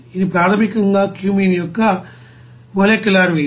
ఇది ప్రాథమికంగా క్యూమీన్ యొక్కమోలెక్యూలర్ వెయిట్